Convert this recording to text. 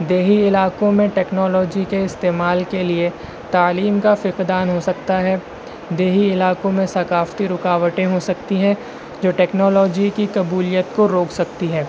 دیہی علاقوں میں ٹیکنالوجی کے استعمال کے لیے تعلیم کا فُقدان ہو سکتا ہے دیہی علاقوں میں ثقافتی رکاوٹیں ہو سکتیں ہیں جو ٹیکنالوجی کی قبولیت کو روک سکتی ہے